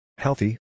Healthy